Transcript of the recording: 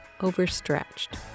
overstretched